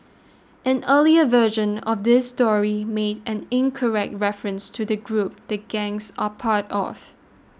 an earlier version of this story made an incorrect reference to the group the gangs are part of